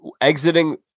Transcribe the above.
exiting